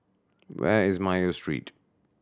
where is Mayo Street